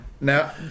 Now